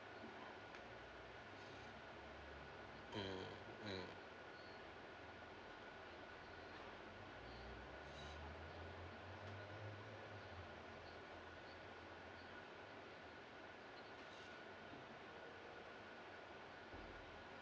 mmhmm